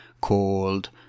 called